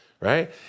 right